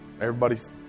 Everybody's